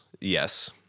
Yes